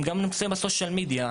הם נמצאים גם ברשתות החברתיות,